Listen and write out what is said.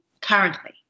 currently